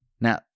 Now